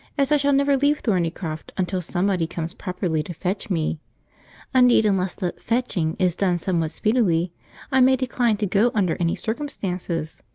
as i shall never leave thornycroft until somebody comes properly to fetch me indeed, unless the fetching is done somewhat speedily i may decline to go under any circumstances.